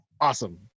awesome